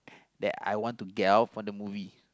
that I want to get out from the movie